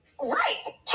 Right